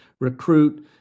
recruit